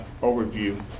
overview